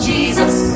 Jesus